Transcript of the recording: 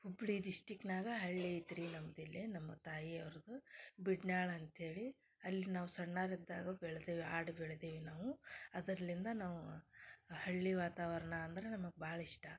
ಹುಬ್ಬಳ್ಳಿ ಡಿಸ್ಟ್ರಿಕ್ನಾಗ ಹಳ್ಳಿ ಐತೆ ರೀ ನಮ್ದು ಇಲ್ಲಿ ನಮ್ಮ ತಾಯಿಯೋರದ್ದು ಬಿಡನ್ಯಾಳ್ ಅಂತೇಳಿ ಅಲ್ಲಿ ನಾವು ಸಣ್ಣೊರಿದ್ದಾಗ ಬೆಳ್ದೆವೆ ಆಡಿ ಬೆಳ್ದೆವೆ ನಾವು ಅದರಿಂದ ನಾವು ಹಳ್ಳಿ ವಾತಾವರ್ಣ ಅಂದ್ರೆ ನಮಗೆ ಭಾಳ ಇಷ್ಟ